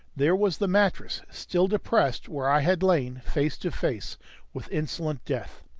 there was the mattress, still depressed where i had lain face to face with insolent death.